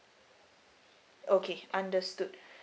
okay understood